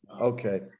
okay